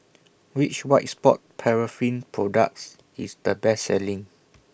Which White Sport Paraffin products IS The Best Selling